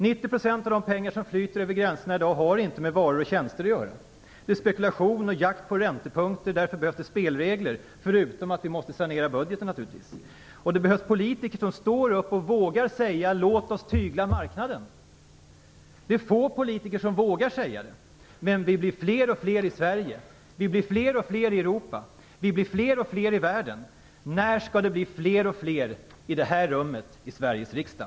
90 % av de pengar som i dag flyter över gränserna har inte med varor och tjänster att göra. Det är spekulation och jakt på räntepunkter. Därför behövs det spelregler - utom att vi naturligtvis måste sanera budgeten. Det behövs också politiker som står upp och säger: Låt oss tygla marknaden! Det är få politiker som vågar säga det, men vi blir fler och fler i Sverige, vi blir fler och fler i Europa, vi blir fler och fler i världen. När skall det bli fler och fler i det här rummet i Sveriges riksdag?